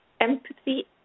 empathy